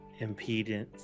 impedance